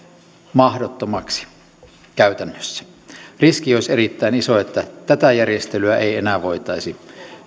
käytännössä mahdottomaksi riski olisi erittäin iso että tätä järjestelyä ei enää voitaisi